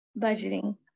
budgeting